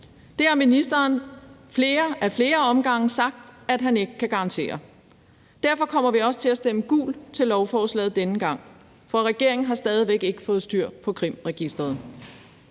Det har ministeren ad flere omgange sagt at han ikke kan garantere. Derfor kommer vi også til at stemme gult til lovforslaget denne gang; for regeringen har stadig væk ikke fået styr på Kriminalregisteret.